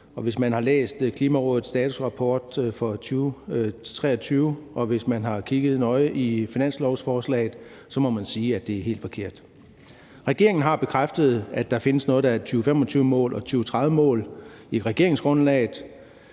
hvis man har læst Klimarådets statusrapport for 2023, og hvis man har kigget nøje i finanslovsforslaget, må man sige, at det er helt forkert. Regeringen har bekræftet, at der findes noget, der er 2025-mål og 2030-mål, i regeringsgrundlaget,